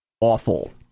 awful